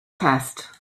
test